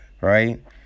Right